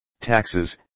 taxes